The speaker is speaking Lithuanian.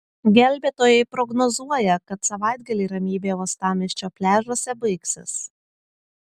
gelbėtojai prognozuoja kad savaitgalį ramybė uostamiesčio pliažuose baigsis